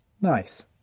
Nice